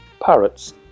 parrots